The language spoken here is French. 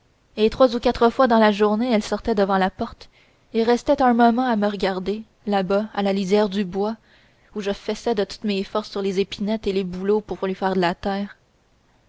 et trois ou quatre fois dans la journée elle sortait devant la porte et restait un moment à me regarder là-bas à la lisière du bois où je fessais de toutes mes forces sur les épinettes et les bouleaux pour lui faire de la terre